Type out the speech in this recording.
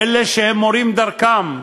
אלה שמורים דרכם,